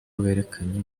werekanye